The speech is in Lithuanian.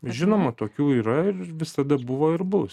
žinoma tokių yra ir visada buvo ir bus